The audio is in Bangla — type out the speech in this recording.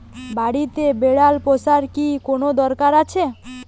বাড়িতে বিড়াল পোষার কি কোন দরকার আছে?